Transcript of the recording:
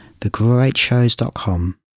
thegreatshows.com